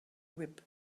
whip